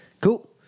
Cool